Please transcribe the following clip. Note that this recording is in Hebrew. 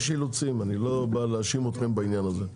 יש אילוצים ואני לא בא להאשים אתכם בעניין הזה.